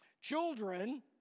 Children